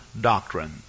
doctrine